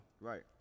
Right